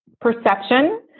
perception